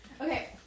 Okay